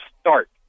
start